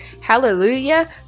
Hallelujah